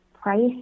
Price